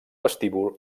vestíbul